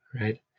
right